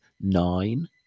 nine